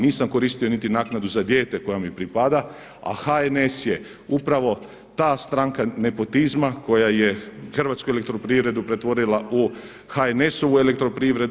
Nisam koristio niti naknadu za dijete koja mi pripada, a HNS je upravo ta stranka nepotizma koja je Hrvatsku elektroprivredu pretvorila u HNS-u elektroprivredu.